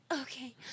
okay